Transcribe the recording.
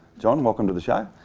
john, welcome to the show.